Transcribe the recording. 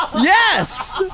Yes